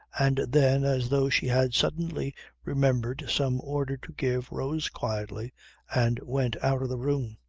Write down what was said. and then as though she had suddenly remembered some order to give, rose quietly and went out of the room.